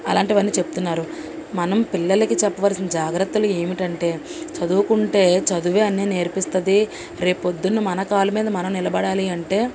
అలాంటివి అన్నీ చెప్తున్నారు మనం పిల్లలకి చెప్పవలసిన జాగ్రత్తలు ఏంటంటే చదువుకుంటే చదువు అన్నీ నేర్పిస్తుంది రేపు పొద్దున్న మన కాళ్ళ మీద మనం నిలబడాలి అంటే